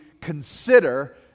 consider